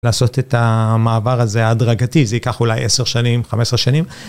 לעשות את המעבר הזה הדרגתי, זה ייקח אולי 10 שנים, 15 שנים.